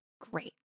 great